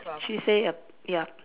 she say err ya